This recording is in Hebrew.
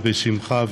בשמחה,